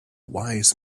wise